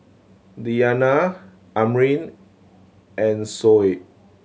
Diyana Amrin and Shoaib